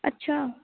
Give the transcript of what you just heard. ਅੱਛਾ